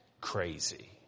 Crazy